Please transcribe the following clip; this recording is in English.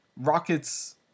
Rockets